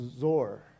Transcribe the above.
Zor